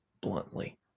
bluntly